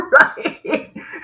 Right